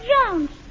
Jones